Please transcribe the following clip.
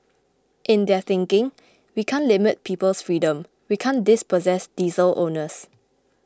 in their thinking we can't limit people's freedom we can't dispossess diesel owners